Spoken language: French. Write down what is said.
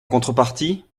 contrepartie